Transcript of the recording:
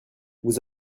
vous